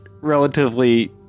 relatively